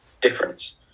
difference